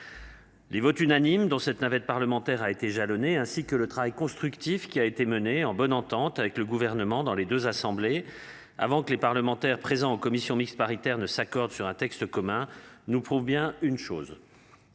Les votes unanimes dans cette navette parlementaire a été jalonnée ainsi que le travail constructif qui a été menée en bonne entente avec le gouvernement dans les 2 assemblées avant que les parlementaires présents en commission mixte paritaire ne s'accordent sur un texte commun nous prouve bien une chose.